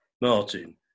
Martin